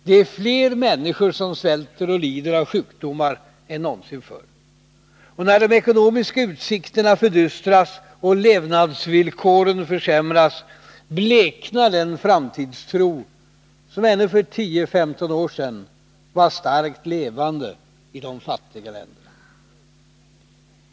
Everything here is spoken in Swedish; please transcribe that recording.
Det är fler människor som svälter och lider av sjukdomar än någonsin förr. Och när de ekonomiska utsikterna fördystras och levnadsvillkoren försämras, bleknar den framtidstro som ännu för 10-15 år sedan var starkt levande i de fattiga länderna.